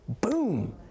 boom